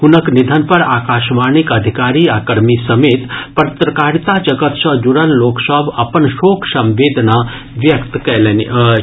हुनक निधन पर आकाशवाणीक अधिकारी आ कर्मी समेत पत्रकारिता जगत सॅ जुड़ल लोक सभ अपन शोक संवेदना व्यक्त कयलनि अछि